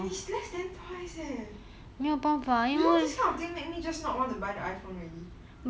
and it's less than twice eh you know this kind of thing just make me not wanna but the iPhone already